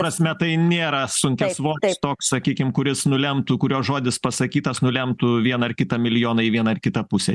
prasme tai nėra sunkiasvoris toks sakykim kuris nulemtų kurio žodis pasakytas nulemtų vieną ar kitą milijoną į vieną ar kitą pusę